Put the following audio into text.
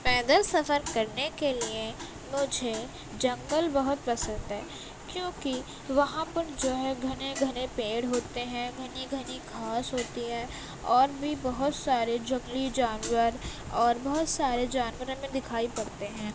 پیدل سفر کرنے کے لیے مجھے جنگل بہت پسند ہے کیوںکہ وہاں پر جو ہے گھنے گھنے پیڑ ہوتے ہیں گھنی گھنی گھاس ہوتی ہے اور بھی بہت سارے جنگلی جانور اور بہت سارے جانور ہمیں دکھائی پڑتے ہیں